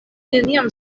neniam